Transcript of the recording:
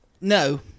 No